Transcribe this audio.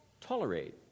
tolerate